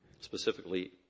specifically